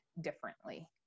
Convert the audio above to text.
differently